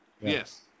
yes